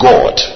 God